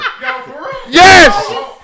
Yes